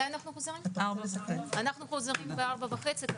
אנחנו חוזרים ב-16:30.